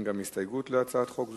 אין גם הסתייגות להצעת חוק זו,